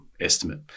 estimate